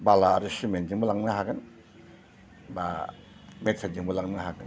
बाला आरो सिमेन्टजोंबो लांनो हागोन बा मेटेलजोंबो लांनो हागोन